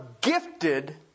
gifted